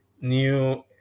new